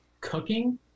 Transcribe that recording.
cooking